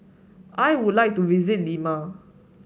I would like to visit Lima